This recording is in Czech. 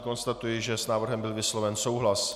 Konstatuji, že s návrhem byl vysloven souhlas.